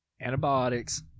Antibiotics